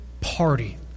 party